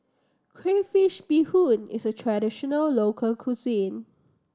crayfish beehoon is a traditional local cuisine